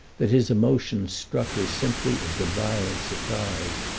that his emotion struck her simply as a violent surprise.